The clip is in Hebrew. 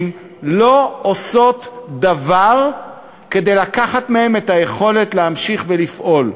לא עושות דבר כדי לקחת מהם את היכולת להמשיך ולפעול.